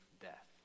death